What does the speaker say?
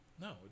No